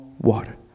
water